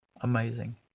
Amazing